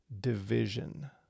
division